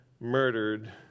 murdered